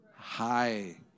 High